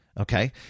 Okay